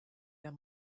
der